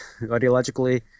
ideologically